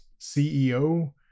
CEO